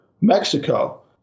Mexico